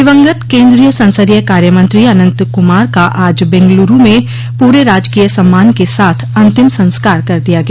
दिवंगत केन्द्रीय संसदीय कार्य मंत्री अनन्त कुमार का आज बेंगलूरू में पूरे राजकीय सम्मान के साथ अंतिम संस्कार कर दिया गया